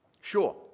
Sure